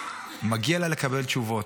מגיע לה לקבל תשובות.